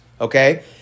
okay